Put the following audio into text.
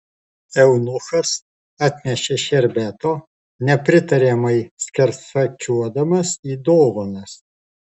eunuchas atnešė šerbeto nepritariamai skersakiuodamas į dovanas